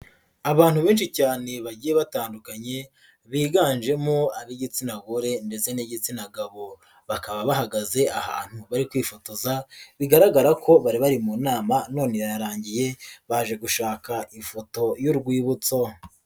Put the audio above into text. Abantu benshi cyane bagiye batandukanye biganjemo ab'igitsina gore ndetse n'igitsina gabo, bakaba bahagaze ahantu bari kwifotoza bigaragara ko bari bari mu nama none irarangiye baje gushaka ifoto y'urwibutso.